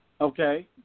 Okay